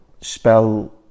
spell